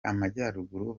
amajyaruguru